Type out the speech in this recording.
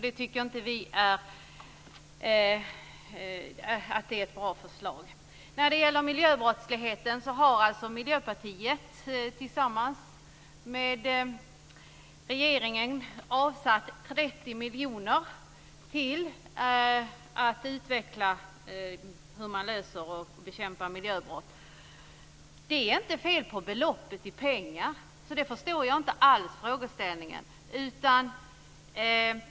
Det tycker inte vi är ett bra förslag. När det gäller miljöbrottsligheten har Miljöpartiet tillsammans med regeringen avsatt 30 miljoner till att utveckla hur man löser och bekämpar miljöbrott. Det är inte fel på beloppet i pengar. Jag förstår inte alls frågeställningen.